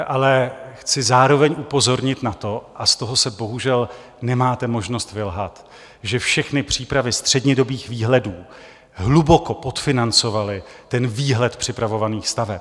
Ale chci zároveň upozornit na to, a z toho se bohužel nemáte možnost vylhat, že všechny přípravy střednědobých výhledů hluboko podfinancovaly ten výhled připravovaných staveb.